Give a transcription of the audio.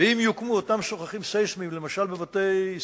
ואם יוקמו אותם סוככים סיסמיים, למשל בבתי-ספר,